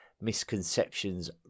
misconceptions